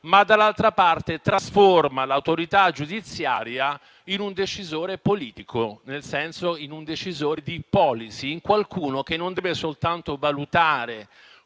dall'altra trasforma l'autorità giudiziaria in un decisore politico, in un decisore di *policy*, in qualcuno che non deve soltanto valutare